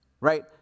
right